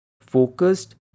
focused